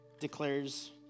declares